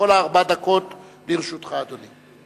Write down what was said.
בבקשה, כל ארבע הדקות לרשותך, אדוני.